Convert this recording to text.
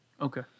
Okay